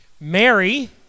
Mary